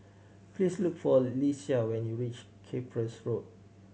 please look for Lesia when you reach Cyprus Road